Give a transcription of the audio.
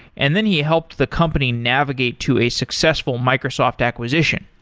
and then he helped the company navigate to a successful microsoft acquisition.